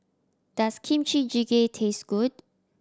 does Kimchi Jjigae taste good